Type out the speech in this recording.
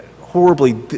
horribly